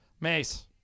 Mace